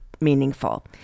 meaningful